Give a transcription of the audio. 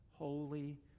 Holy